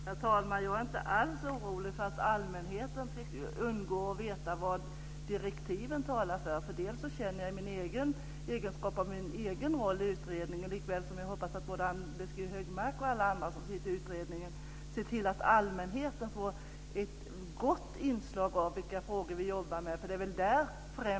Herr talman! Jag är inte alls orolig för att allmänheten ska undgå direktiven. Jag känner min egen roll i utredningen, och jag hoppas att Anders G Högmark och alla andra som sitter i utredningen ser till att allmänheten får vetskap om vilka frågor vi jobbar med.